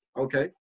Okay